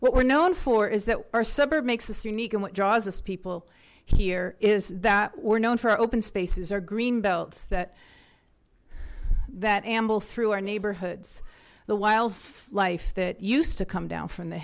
what we're known for is that our suburb makes us unique and what draws us people here is that we're known for open spaces or green belts that that amble through our neighborhoods the wild life that used to come down from the